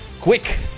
Quick